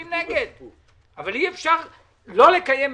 הוא קביעת המסמרות לממשלה שאולי תקום ואז היא מוצאת את